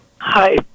Hi